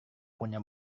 punya